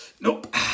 Nope